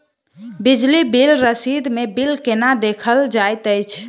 बिजली बिल रसीद मे बिल केना देखल जाइत अछि?